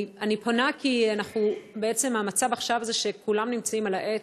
אני פונה כי בעצם המצב עכשיו הוא שכולם נמצאים על העץ,